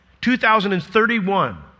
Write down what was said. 2,031